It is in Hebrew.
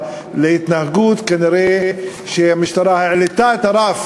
ובהתנהגותה המשטרה כנראה העלתה את הרף